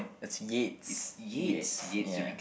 that's Yates Yates ya